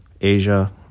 Asia